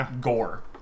gore